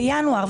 בינואר.